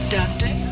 Doctor